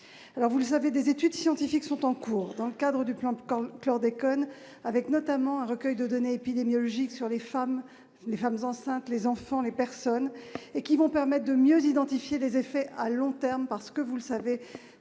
alors vous avez des études scientifiques sont en cours dans le cadre du plan de quand le chlordécone, avec notamment un recueil de données épidémiologiques sur les femmes, les femmes enceintes, les enfants, les personnes et qui vont permettent de mieux identifier les effets à long terme parce que vous le savez,